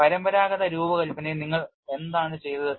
പരമ്പരാഗത രൂപകൽപ്പനയിൽ നിങ്ങൾ എന്താണ് ചെയ്തത്